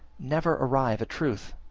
never arrive at truth,